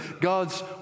God's